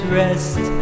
rest